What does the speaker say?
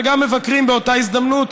וגם מבקרים באותה הזדמנות,